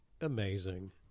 amazing